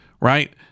right